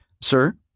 sir